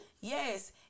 yes